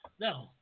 No